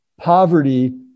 Poverty